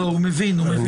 הוא מבין.